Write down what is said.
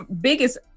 biggest